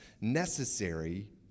necessary